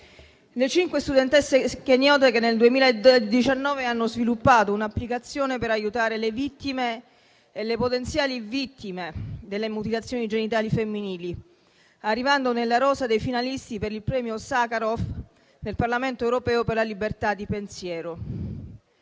le cinque studentesse keniote che nel 2019 hanno sviluppato un'applicazione per aiutare le vittime e le potenziali vittime della mutilazione genitale femminile, arrivando nella rosa dei finalisti per il premio Sacharov del Parlamento europeo per la libertà di pensiero.